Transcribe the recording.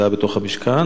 זה היה בתוך המשכן,